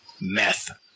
Meth